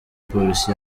polisi